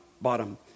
bottom